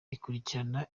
ikurikirana